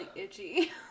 Itchy